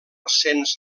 ascens